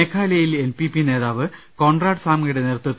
മേഘാലയയിൽ N P P നേതാവ് Conrad സാംഗ്മയുടെ നേതൃത്വ